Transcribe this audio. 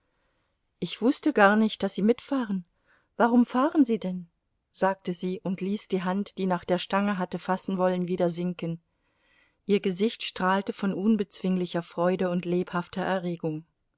ich wußte gar nicht daß sie mitfahren warum fahren sie denn sagte sie und ließ die hand die nach der stange hatte fassen wollen wieder sinken ihr gesicht strahlte von unbezwinglicher freude und lebhafter erregung